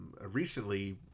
recently